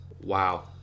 Wow